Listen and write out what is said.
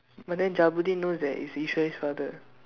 but then Jabudeen knows that it's Eswari's father